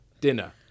dinner